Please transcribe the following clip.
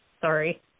sorry